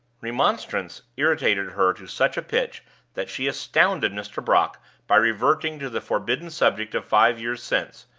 remonstrance irritated her to such a pitch that she astounded mr. brock by reverting to the forbidden subject of five years since,